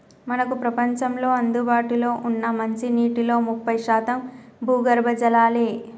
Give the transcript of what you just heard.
మనకు ప్రపంచంలో అందుబాటులో ఉన్న మంచినీటిలో ముప్పై శాతం భూగర్భ జలాలే